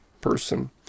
person